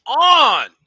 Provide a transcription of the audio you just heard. on